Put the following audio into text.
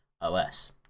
os